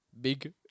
big